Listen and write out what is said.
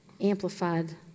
Amplified